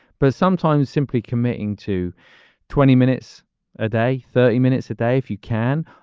but sometimes simply committing to twenty minutes a day, thirty minutes a day, if you can,